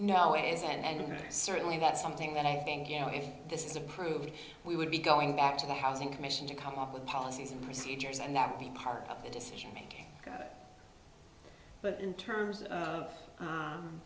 now is and certainly that's something that i think you know if this is approved we would be going back to the housing commission to come up with policies and procedures and not be part of the decision making but in terms of